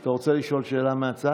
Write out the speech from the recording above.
אתה רוצה לשאול שאלה מהצד?